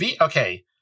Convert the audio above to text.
okay